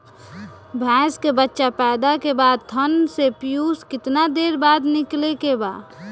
भैंस के बच्चा पैदा के बाद थन से पियूष कितना देर बाद निकले के बा?